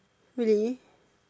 really